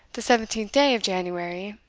the seventeenth day of january,